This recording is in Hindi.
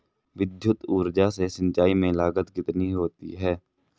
विद्युत ऊर्जा से सिंचाई में लागत कितनी होती है?